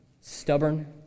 stubborn